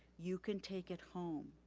you can take it home.